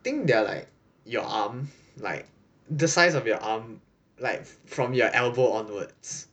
think they're like your arm like the size of your arm like from your elbow onwards